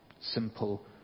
Simple